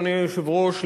אדוני היושב-ראש,